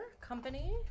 Company